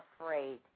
afraid